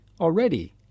already